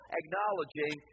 acknowledging